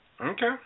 Okay